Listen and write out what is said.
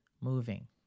moving